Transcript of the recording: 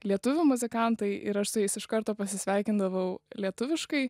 lietuvių muzikantai ir aš su jais iš karto pasisveikindavau lietuviškai